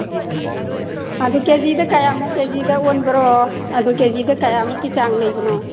ꯑꯗꯨ ꯀꯦ ꯖꯤꯗ ꯀꯌꯥꯃꯨꯛ ꯀꯦ ꯖꯤꯗ ꯑꯣꯟꯕꯔꯣ ꯑꯗꯨ ꯀꯦ ꯖꯤꯗ ꯀꯌꯥꯃꯨꯛꯀꯤ ꯆꯥꯡ ꯂꯩꯕꯅꯣ